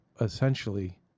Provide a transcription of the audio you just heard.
essentially